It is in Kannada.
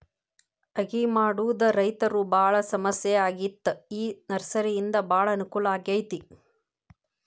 ಅಗಿ ಮಾಡುದ ರೈತರು ಬಾಳ ಸಮಸ್ಯೆ ಆಗಿತ್ತ ಈ ನರ್ಸರಿಯಿಂದ ಬಾಳ ಅನಕೂಲ ಆಗೈತಿ